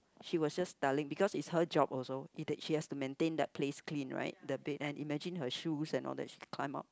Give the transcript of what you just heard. she was just telling because it's her job also she has to maintain that place clean right the bed and imagine her shoes and all that she climbed up